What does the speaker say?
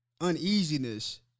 uneasiness